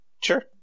Sure